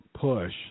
push